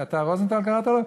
אתה, רוזנטל, קראת לו?